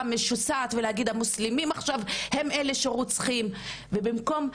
משוסעת ולהגיד המוסלמים עכשיו הם אלה שרוצחים ובמקום,